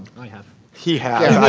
i have. he has.